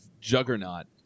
juggernaut